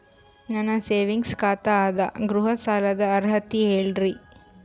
ನನ್ನ ಸೇವಿಂಗ್ಸ್ ಖಾತಾ ಅದ, ಗೃಹ ಸಾಲದ ಅರ್ಹತಿ ಹೇಳರಿ?